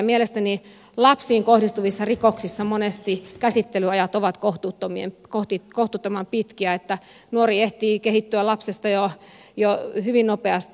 mielestäni lapsiin kohdistuvissa rikoksissa monesti käsittelyajat ovat kohtuuttoman pitkiä että nuori ehtii kehittyä lapsesta jo hyvin nopeasti